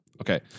Okay